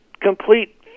complete